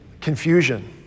confusion